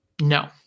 No